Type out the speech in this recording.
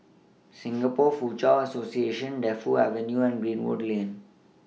Singapore Foochow Association Defu Avenue and Greenwood Lane